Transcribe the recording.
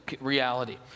reality